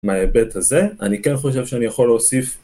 מההיבט הזה אני כן חושב שאני יכול להוסיף